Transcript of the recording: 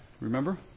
Remember